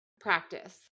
practice